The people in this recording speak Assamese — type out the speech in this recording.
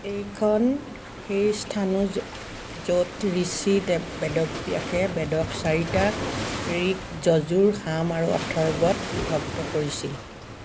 এইখন সেই স্থানো য য'ত ঋষি বেদব্যাসে বেদক চাৰিটা ঋক্ যজুৰ সাম আৰু অথৰ্বত বিভক্ত কৰিছিল